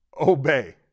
obey